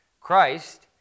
Christ